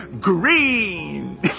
green